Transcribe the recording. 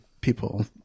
people